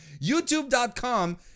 youtube.com